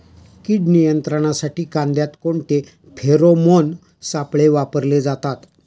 कीड नियंत्रणासाठी कांद्यात कोणते फेरोमोन सापळे वापरले जातात?